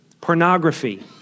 pornography